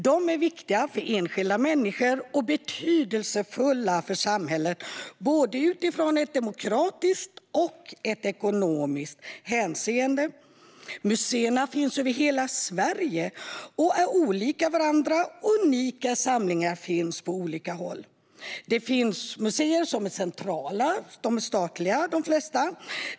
De är viktiga för enskilda människor och betydelsefulla för samhället i både demokratiskt och ekonomiskt hänseende. Museerna finns över hela Sverige och är olika varandra, och unika samlingar finns på olika håll. Det finns museer som är centrala, de flesta statliga.